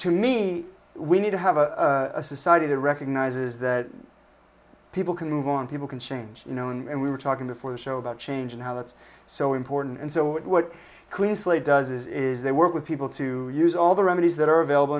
to me we need to have a society that recognizes that people can move on people can change you know and we were talking before the show about change and how that's so important and so what clean slate does is is they work with people to use all the remedies that are available